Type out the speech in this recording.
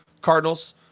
Cardinals